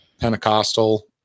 Pentecostal